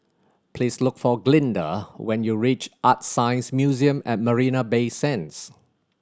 please look for Glynda when you reach ArtScience Museum at Marina Bay Sands